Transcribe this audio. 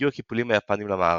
הגיעו הקיפולים היפניים למערב.